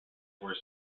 were